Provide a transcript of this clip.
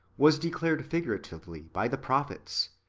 was declared figuratively by the prophets,